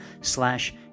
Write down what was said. slash